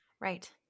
Right